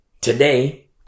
today